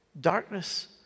Darkness